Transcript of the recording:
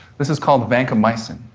this is called vancomycin.